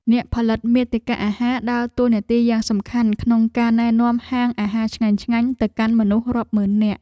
អ្នកផលិតមាតិកាអាហារ ដើរតួនាទីយ៉ាងសំខាន់ក្នុងការណែនាំហាងអាហារឆ្ងាញ់ៗទៅកាន់មនុស្សរាប់ម៉ឺននាក់។